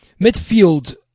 Midfield